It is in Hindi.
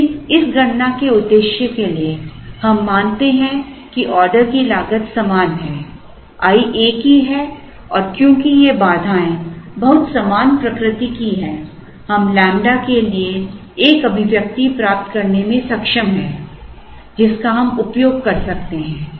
लेकिन इस गणना के उद्देश्य के लिए हम मानते हैं कि ऑर्डर की लागत समान है i एक ही है और क्योंकि ये बाधाएं बहुत समान प्रकृति की हैं हम लैम्ब्डा के लिए एक अभिव्यक्ति प्राप्त करने में सक्षम हैं जिसका हम उपयोग कर सकते हैं